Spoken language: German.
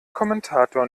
kommentator